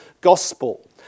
Gospel